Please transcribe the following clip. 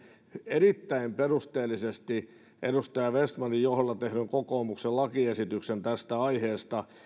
erittäin perusteellisesti edustaja vestmanin johdolla tehdyn kokoomuksen lakiesityksen tästä aiheesta